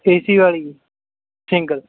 ਏ C ਵਾਲੀ ਜੀ single